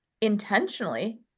intentionally